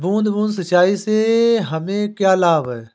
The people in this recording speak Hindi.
बूंद बूंद सिंचाई से हमें क्या लाभ है?